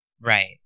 Right